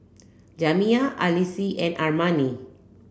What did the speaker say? Jamiya Alease and Armani